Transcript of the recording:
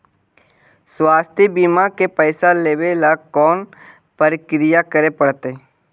स्वास्थी बिमा के पैसा लेबे ल कोन कोन परकिया करे पड़तै?